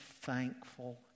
thankful